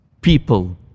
people